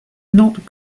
not